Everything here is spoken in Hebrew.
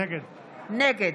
נגד יריב לוין, נגד